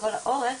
לכל האורך,